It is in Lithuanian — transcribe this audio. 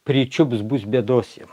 pričiups bus bėdos jau